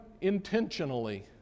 intentionally